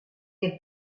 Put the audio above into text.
del